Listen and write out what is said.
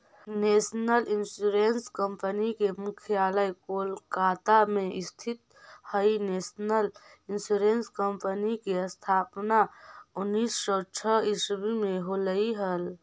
national insurance company के मुख्यालय कोलकाता में स्थित हइ नेशनल इंश्योरेंस कंपनी के स्थापना उन्नीस सौ छः ईसवी में होलई हल